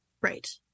Right